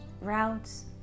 routes